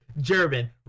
German